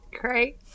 great